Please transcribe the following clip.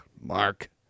Mark